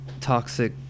toxic